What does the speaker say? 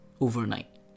overnight